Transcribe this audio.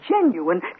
genuine